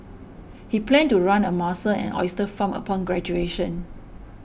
he planned to run a mussel and oyster farm upon graduation